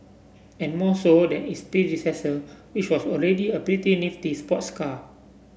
and more so than its predecessor which was already a pretty nifty sports car